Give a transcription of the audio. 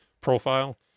profile